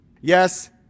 Yes